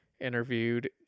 interviewed